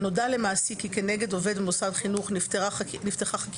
"נודע למעסיק כי כנגד עובד במוסד חינוך נפתחה חקירה